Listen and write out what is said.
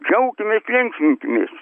džiaukimės linksminkimės